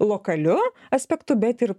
lokaliu aspektu bet ir